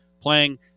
playing